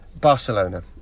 Barcelona